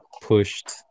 pushed